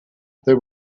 they